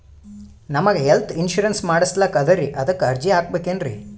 ನಮಗ health insurance ಮಾಡಸ್ಲಾಕ ಅದರಿ ಅದಕ್ಕ ಅರ್ಜಿ ಹಾಕಬಕೇನ್ರಿ?